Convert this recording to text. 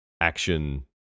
action